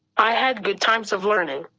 i had good times of learning.